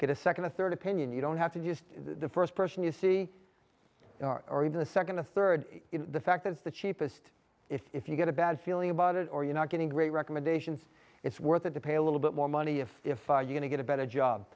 get a second a third opinion you don't have to use the first person you see or even the second to third the fact that's the cheapest if you get a bad feeling about it or you're not getting great recommendations it's worth it to pay a little bit more money if ify you to get a better job